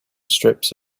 strips